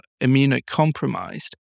immunocompromised